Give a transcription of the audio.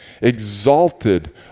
exalted